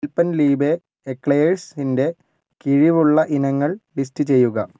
ഇപെൻലീബെ എക്ലെയർസ്ന്റെ കിഴിവുള്ള ഇനങ്ങൾ ലിസ്റ്റ് ചെയ്യുക